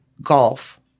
golf